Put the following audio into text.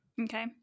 Okay